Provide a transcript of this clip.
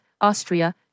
Austria